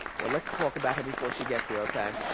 well, let's talk about her before she gets here, okay?